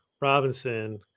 Robinson